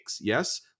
Yes